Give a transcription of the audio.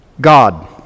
God